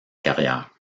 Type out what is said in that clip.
carrière